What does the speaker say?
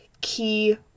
key